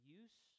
use